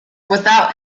without